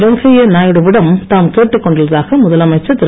வெங்கையா நாயுடு விடம் தாம் கேட்டுக் கொண்டுள்ளதாக முதலமைச்சர் திரு